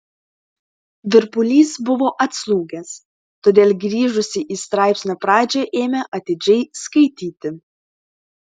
virpulys buvo atslūgęs todėl grįžusi į straipsnio pradžią ėmė atidžiai skaityti